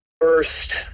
First